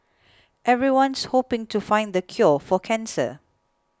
everyone's hoping to find the cure for cancer